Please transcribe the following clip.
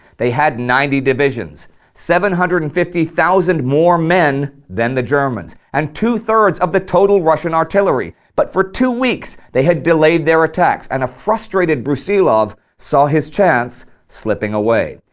they had ninety divisions seven hundred and fifty thousand more men than the germans, and two thirds of the total russian artillery, but for two weeks they had delayed their attacks and a frustrated brusilov saw his chance slipping away.